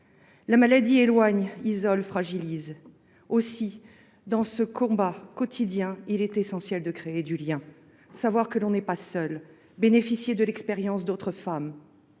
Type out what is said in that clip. La maladie éloigne, isole, fragilise. Aussi, dans ce combat quotidien, il est essentiel de créer du lien, de savoir que l’on n’est pas seule, de bénéficier de l’expérience d’autres femmes.